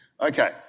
Okay